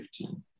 15